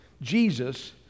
Jesus